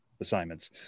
assignments